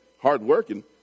hard-working